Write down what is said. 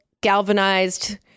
galvanized